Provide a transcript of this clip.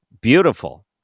beautiful